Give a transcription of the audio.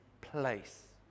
place